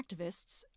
activists